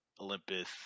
Olympus